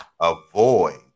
avoid